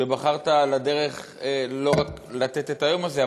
על שבחרת על הדרך לא רק לתת את היום הזה,